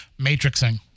matrixing